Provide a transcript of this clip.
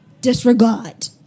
disregard